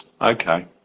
okay